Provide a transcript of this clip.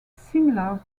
similar